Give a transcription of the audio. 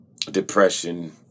depression